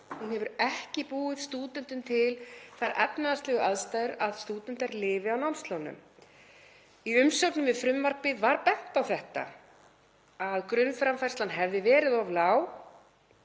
Hún hefur ekki búið stúdentum til þær efnahagslegu aðstæður að stúdentar lifi á námslánum. Í umsögnum um frumvarpið var bent á þetta, að grunnframfærslan hefði verið of lág.